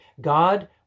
God